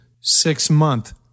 six-month